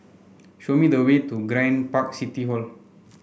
show me the way to Grand Park City Hall